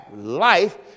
life